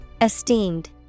Esteemed